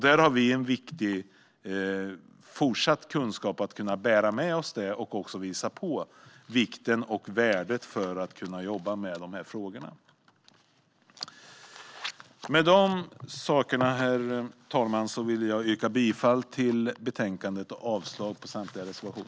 Där har vi en viktig fortsatt kunskap att bära med oss, och det gäller också att visa på vikten och värdet av att kunna jobba med dessa frågor. Med detta, herr talman, vill jag yrka bifall till utskottets förslag i betänkandet och avslag på samtliga reservationer.